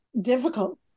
difficult